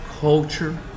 culture